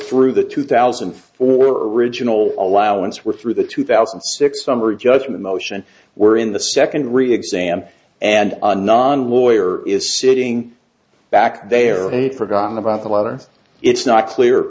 through the two thousand and four original allowance were through the two thousand and six summary judgment motion were in the second re exam and a non lawyer is sitting back there and forgotten about the letter it's not clear